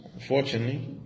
unfortunately